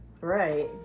Right